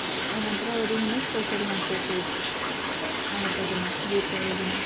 ಆನಂತ್ರ ಆವತ್ತಿನ ದಿನ ಸ್ಪೆಷಲ್ ಮಾಡ್ತೀವಿ ಫುಡ್ ಹಬ್ಬದ ದಿನ ದೀಪಾವಳಿ ದಿನ